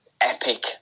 epic